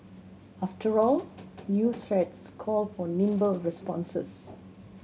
after all new threats call for nimble responses